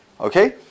Okay